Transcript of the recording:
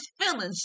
feelings